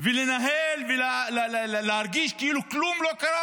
ולנהל ולהרגיש כאילו כלום לא קרה,